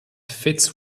fits